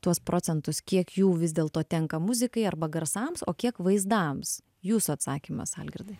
tuos procentus kiek jų vis dėlto tenka muzikai arba garsam o kiek vaizdams jūsų atsakymas algirdai